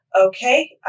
okay